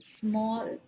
small